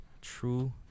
True